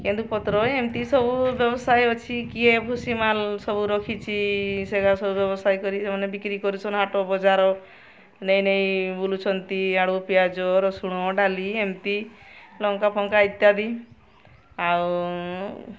କେନ୍ଦୁପତ୍ର ଏମିତି ସବୁ ବ୍ୟବସାୟ ଅଛି କିଏ ଭୁସି ମାଲ୍ ସବୁ ରଖିଚି ସେଗା ସବୁ ବ୍ୟବସାୟ କରି ସେମାନେ ବିକ୍ରି କରୁଛନ୍ ହାଟ ବଜାର ନେଇନେଇ ବୁଲୁଛନ୍ତି ଆଳୁ ପିଆଜ ରସୁଣ ଡାଲି ଏମ୍ତି ଲଙ୍କା ଫଙ୍କା ଇତ୍ୟାଦି ଆଉ